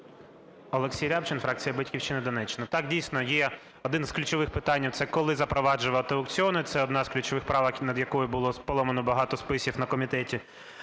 Олексій Рябчин, фракція "Батьківщина", Донеччина. Так, дійсно, є одне з ключових питань – це коли запроваджувати аукціони. Це одна з ключових правок, над якою було поломано багато списів на комітеті.